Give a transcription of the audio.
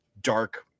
dark